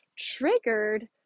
triggered